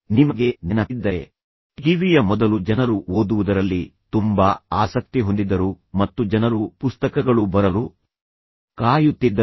ನಿಮಗೆ ನೆನಪಿದ್ದರೆ ಟಿವಿಯ ಮೊದಲು ಜನರು ಓದುವುದರಲ್ಲಿ ತುಂಬಾ ಆಸಕ್ತಿ ಹೊಂದಿದ್ದರು ಮತ್ತು ಜನರು ಪುಸ್ತಕಗಳು ಬರಲು ಕಾಯುತ್ತಿದ್ದರು